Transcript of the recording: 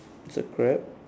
there's a crab